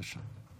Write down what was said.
בבקשה.